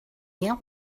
ням